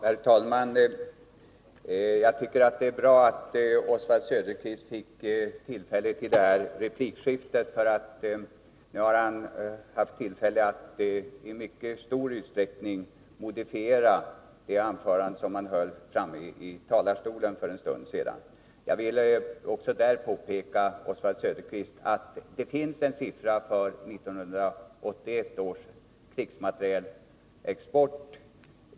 Herr talman! Jag tycker det är bra att Oswald Söderqvist fick detta replikskifte, för nu har han haft tillfälle att i mycket stor utsträckning modifiera det anförande han höll i talarstolen för en stund sedan. Jag vill också påpeka, Oswald Söderqvist, att det i utskottsbetänkandet finns en siffra för 1981 års krigsmaterielexport.